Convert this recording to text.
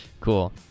Cool